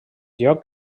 lloc